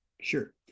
Sure